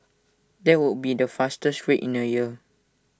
that would be the fastest rate in A year